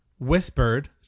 whispered